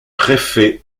préfet